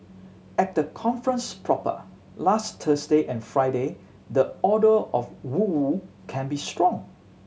at the conference proper last Thursday and Friday the odour of woo woo can be strong